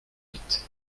huit